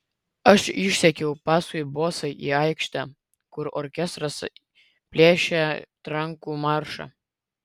aš išsekiau paskui bosą į aikštę kur orkestras plėšė trankų maršą